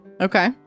Okay